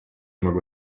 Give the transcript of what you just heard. могу